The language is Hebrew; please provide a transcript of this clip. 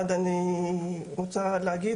דבר נוסף,